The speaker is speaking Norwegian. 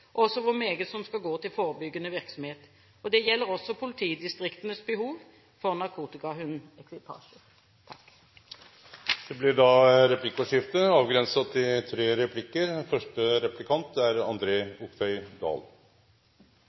også hvor meget som skal gå til forebyggende virksomhet. Det gjelder også politidistriktenes behov for narkotikahundekvipasjer. Det blir replikkordskifte.